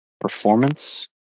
performance